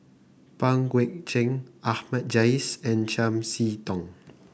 Pang Guek Cheng Ahmad Jais and Chiam See Tong